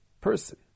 person